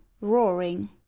Roaring